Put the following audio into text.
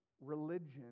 religion